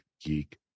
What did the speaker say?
geek